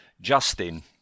Justin